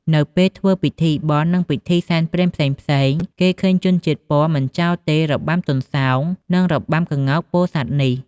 នៅពេលធ្វើពិធីបុណ្យ និងពិធីសែនព្រេនផ្សេងៗ គេឃើញជនជាតិព័រមិនចោលទេរបាំទន្សោង និងរបាំក្ងោកពោធិ៍សាត់នេះ។